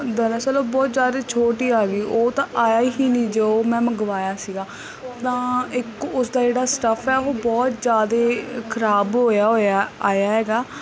ਦਰਅਸਲ ਬਹੁਤ ਜਿਆਦਾ ਛੋਟੀ ਆ ਗਈ ਉਹ ਤਾਂ ਆਇਆ ਹੀ ਨਹੀਂ ਜੋ ਮੈਂ ਮੰਗਵਾਇਆ ਸੀਗਾ ਤਾਂ ਇੱਕ ਉਸਦਾ ਜਿਹੜਾ ਸਟੱਫ ਹੈ ਉਹ ਬਹੁਤ ਜਿਆਦੇ ਖਰਾਬ ਹੋਇਆ ਹੋਇਆ ਆਇਆ ਹੈਗਾ